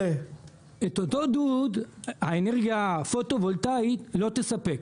את אותו דוד - האנרגיה הפוטו-וולטאית לא תספק,